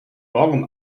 morgen